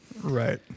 Right